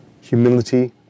Humility